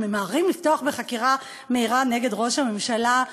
אנחנו ממהרים לפתוח בחקירה מהירה נגד ראש הממשלה?